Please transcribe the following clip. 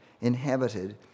inhabited